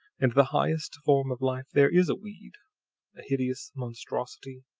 and the highest form of life there is a weed a hideous monstrosity,